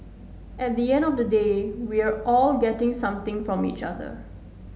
at the end of the day we're all getting something from each other